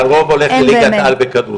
הרוב הולך לכדורגל וכדורסל.